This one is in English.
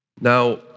Now